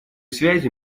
связи